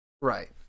Right